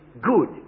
good